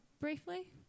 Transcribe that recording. briefly